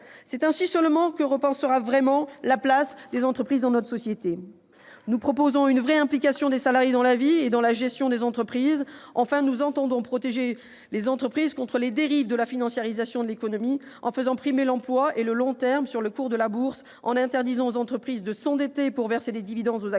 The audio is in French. C'est ainsi seulement que l'on repensera véritablement leur place dans la société. Nous proposons une vraie implication des salariés dans la vie et dans la gestion des entreprises. En outre, nous entendons protéger les entreprises contre les dérives de la financiarisation de l'économie, en faisant primer l'emploi et le long terme sur le cours de la bourse, en leur interdisant de s'endetter pour verser des dividendes aux actionnaires-